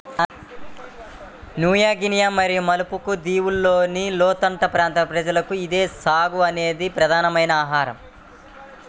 new Guinea మరియు Maluku దీవులలోని లోతట్టు ప్రాంతాల ప్రజలకు ఇది సాగో అనేది ప్రధానమైన ఆహారం